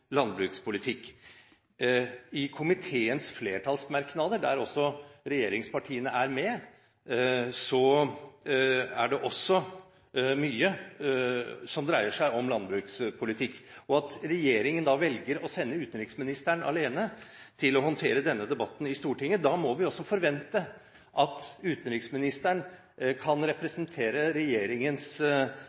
landbrukspolitikk. I komiteens flertallsmerknader, der også regjeringspartiene er med, er det også mye som dreier seg om landbrukspolitikk. Når regjeringen da velger å sende utenriksministeren alene til å håndtere denne debatten i Stortinget, må vi også forvente at utenriksministeren kan presentere regjeringens